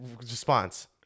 response